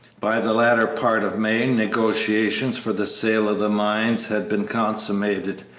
by the latter part of may negotiations for the sale of the mines had been consummated,